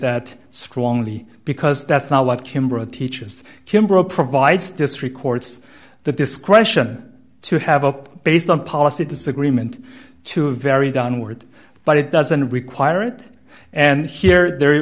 that strongly because that's not what kimbra teaches kimbra provides district courts the discretion to have up based on policy disagreement to a very downward but it doesn't require it and here there